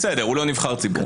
בסדר, הוא לא נבחר ציבור.